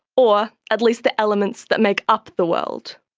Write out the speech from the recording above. or at least the elements that make up the world.